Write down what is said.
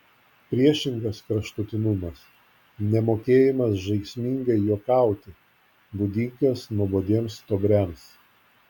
priešingas kraštutinumas nemokėjimas žaismingai juokauti būdingas nuobodiems stuobriams